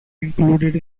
included